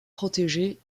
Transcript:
protégé